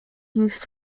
used